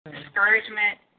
Discouragement